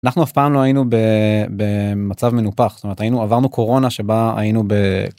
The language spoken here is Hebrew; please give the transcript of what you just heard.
אנחנו אף פעם לא היינו במצב מנופח, זאת אומרת היינו עברנו קורונה שבה היינו.